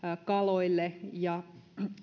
kaloille ja